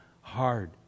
hard